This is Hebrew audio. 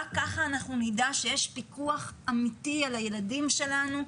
רק ככה אנחנו נדע שיש פיקוח אמיתי על הילדים שלנו,